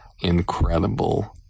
incredible